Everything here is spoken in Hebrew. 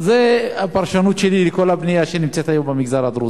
זה הפרשנות שלי לכל הבנייה שנמצאת היום במגזר הדרוזי,